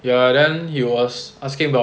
ya then he was asking about ask asking about you also